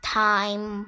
time